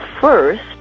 first